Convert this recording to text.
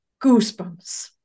goosebumps